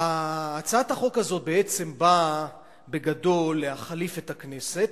הצעת החוק הזאת בעצם באה, בגדול, להחליף את הכנסת,